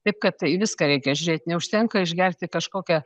taip kad į viską reikia žiūrėt neužtenka išgerti kažkokią